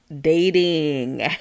dating